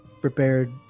prepared